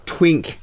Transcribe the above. Twink